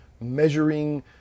measuring